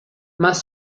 más